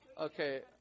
Okay